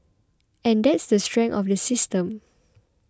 and that's the strength of the system